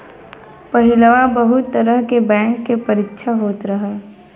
पहिलवा बहुत तरह के बैंक के परीक्षा होत रहल